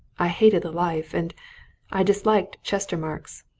i hated the life. and i dislike chestermarke's!